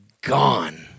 gone